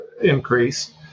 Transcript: increase